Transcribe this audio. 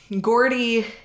Gordy